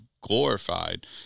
glorified